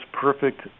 perfect